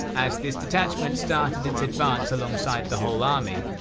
as this detachment started its advance alongside the whole army,